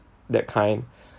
that kind